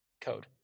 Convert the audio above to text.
code